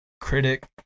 critic